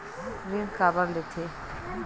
ऋण काबर लेथे?